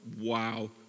wow